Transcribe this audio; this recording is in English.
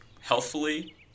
healthfully